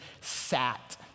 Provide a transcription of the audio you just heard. sat